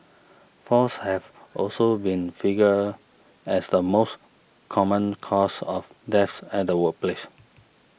falls have also been fingered as the most common cause of deaths at the workplace